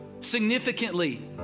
Significantly